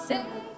Say